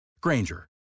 Granger